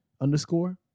underscore